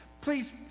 Please